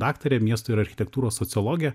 daktarė miestų ir architektūros sociologė